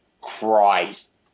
Christ